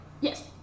Yes